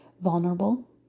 vulnerable